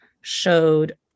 showed